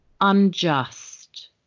unjust